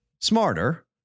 smarter